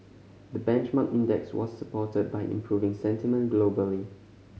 the benchmark index was supported by improving sentiment globally